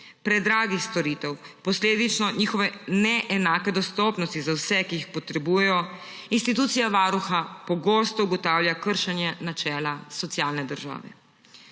predragih storitev, posledično njihove neenake dostopnosti za vse, ki jih potrebujejo, institucija Varuha pogosto ugotavlja kršenje načela socialne države.